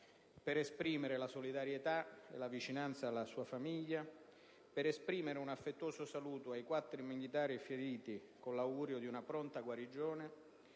per esprimere solidarietà e vicinanza alla sua famiglia; per esprimere un affettuoso saluto ai quattro militari feriti, con l'augurio di una pronta guarigione;